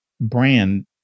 Brand